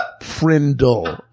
Prindle